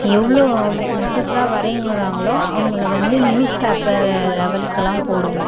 எவ்வளோ சூப்பராக வரைகிறாங்களோ அவங்கள வந்து நியூஸ் பேப்பர் லெவலுக்கெல்லாம் போடுவோம்